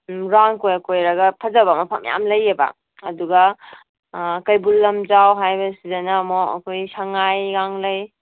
round ꯀꯣꯏꯔ ꯀꯣꯏꯔ ꯐꯖꯕ ꯃꯐꯝ ꯃꯌꯥꯝ ꯂꯩꯑꯦꯕ ꯑꯗꯨꯒ ꯀꯩꯕꯨꯜ ꯂꯝꯖꯥꯎ ꯍꯥꯏꯕꯁꯤꯗꯅ ꯑꯃꯨꯛ ꯑꯩꯈꯣꯏ ꯁꯪꯉꯥꯏ ꯒꯥꯡ ꯂꯩ